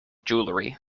jewellery